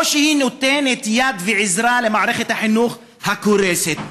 או שהיא נותנת יד ועזרה למערכת החינוך הקורסת.